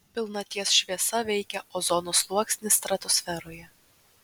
pilnaties šviesa veikia ozono sluoksnį stratosferoje